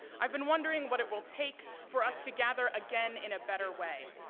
i've been wondering what it will take for us to gather again in a better way.